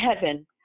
heaven